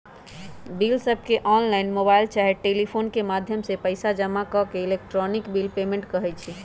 बिलसबके online, mobile चाहे telephone के माध्यम से पइसा जमा के इलेक्ट्रॉनिक बिल पेमेंट कहई छै